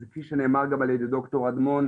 כפי שנאמר גם על ידי ד"ר אגמון,